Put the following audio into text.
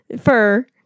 Fur